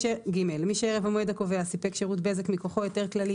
(ג) מי שערב המועד הקובע סיפק שירות בזק מכוח היתר כללי